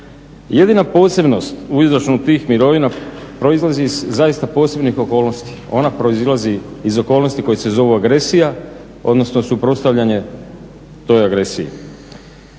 Jedina posebnost u izračunu tih mirovina proizlazi iz zaista posebnih okolnosti, ona proizlazi iz okolnosti koje se zovu agresija, odnosno suprotstavljanje toj agresiji.